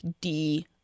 D-